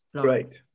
Great